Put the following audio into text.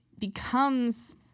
becomes